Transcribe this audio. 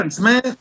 man